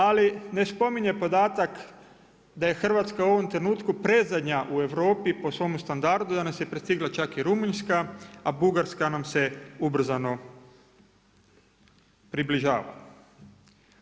Ali ne spominje podatak da je Hrvatska u ovom trenutku predzadnja u Europi po svome standardu, da nas je prestigla čak i Rumunjska, a Bugarska nam se ubrzano približava.